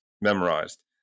memorized